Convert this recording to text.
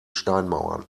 steinmauern